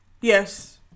Yes